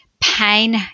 pain